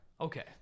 Okay